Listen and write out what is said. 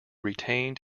retained